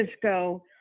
Francisco